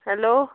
hello